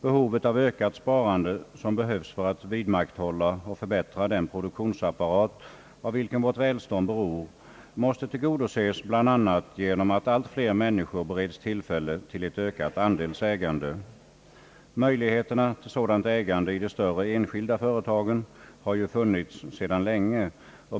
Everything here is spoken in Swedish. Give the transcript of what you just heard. Det ökade sparande som behövs för att vidmakthålla och förbättra den produktionsapparat, av vilken vårt välstånd beror, måste tillgodoses bl.a. genom att allt flera människor bereds tillfälle till ett ökat andelsägande. Möjligheterna till sådant ägande i de större enskilda företagen har ju funnits sedan länge.